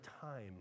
time